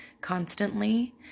constantly